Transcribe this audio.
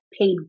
paid